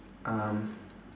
um